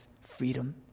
freedom